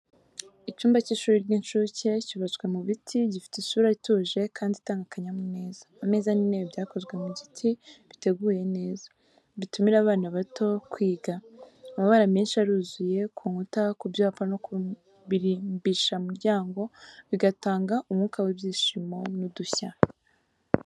Icyumba cy’ishuri ry’incuke cyubatswe mu biti, gifite isura ituje kandi itanga akanyamuneza. Ameza n’intebe byakozwe mu giti biteguye neza, bitumira abana bato kwiga. Amabara menshi aruzuye ku nkuta, ku byapa no ku birimbishamuryango, bigatanga umwuka w’ibyishimo n’udushya.